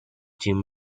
jim